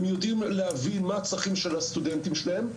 והם יודעים להבין מה הצרכים של הסטודנטים שלהם,